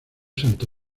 santo